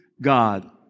God